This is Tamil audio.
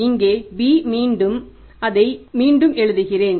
இங்கே b மீண்டும் அதை மீண்டும் எழுதுகிறேன்